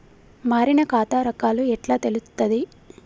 మారిన ఖాతా రకాలు ఎట్లా తెలుత్తది?